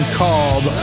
called